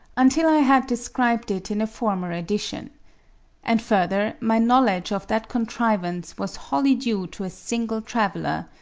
until i had described it in a former edition and further, my knowledge of that contrivance was wholly due to a single traveller,